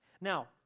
Now